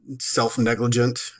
self-negligent